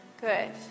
Good